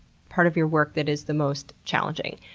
part of your work that is the most challenging?